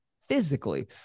physically